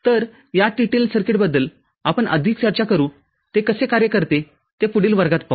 तरया TTL सर्किटबद्दलआपण अधिक चर्चा करूते कसे कार्य करते ते पुढील वर्गात पाहू